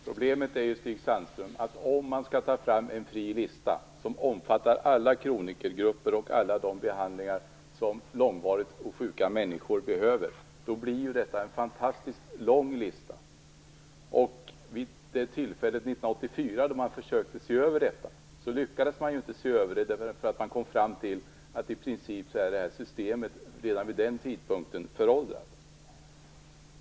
Fru talman! Problemet är, Stig Sandström, att det blir en fantastiskt lång lista om man skall ta fram en frilista som omfattar alla de kronikergrupper och alla de behandlingar som långvarigt sjuka människor behöver. När man 1994 försökte se över detta, lyckades man inte eftersom man kom fram till att systemet redan vid den tidpunkten var föråldrat.